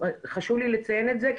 חשוב לי לציין את זה,